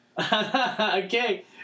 Okay